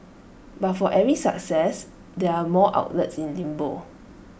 but for every success there are more outlets in limbo